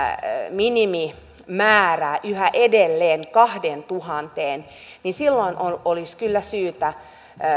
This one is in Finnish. minimimäärää yhä edelleen kahteentuhanteen niin silloin olisi kyllä syytä